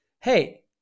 hey